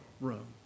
room